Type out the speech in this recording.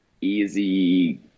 easy